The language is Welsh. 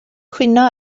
cwyno